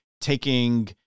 taking